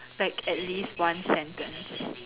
expect at least one sentence